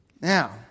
Now